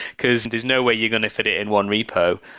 because there's no way you're going to fit in one repo.